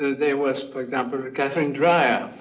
there was, for example, katherine dreier,